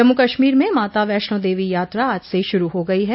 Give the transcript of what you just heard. जम्मू कश्मीर में माता वैष्णो देवी यात्रा आज से शुरू हो गयी है